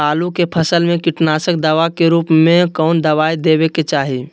आलू के फसल में कीटनाशक दवा के रूप में कौन दवाई देवे के चाहि?